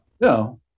No